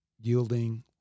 yielding